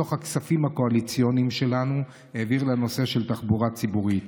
שמתוך הכספים הקואליציוניים שלנו העביר לנושא של תחבורה ציבורית.